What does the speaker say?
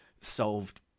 solved